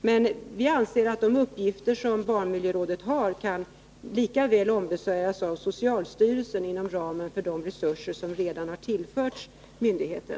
Men vi anser att de uppgifter som barnmiljörådet har lika väl kan ombesörjas av socialstyrelsen inom ramen för de resurser som redan har tillförts myndigheten.